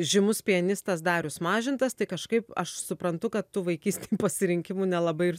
žymus pianistas darius mažintas tai kažkaip aš suprantu kad tu vaikystėj pasirinkimų nelabai ir